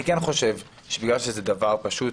אני כן חושב שבגלל שזה דבר פשוט,